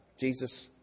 Jesus